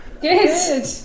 Good